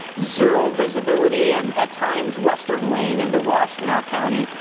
zero visibility. and at times western wayne into washtenaw county,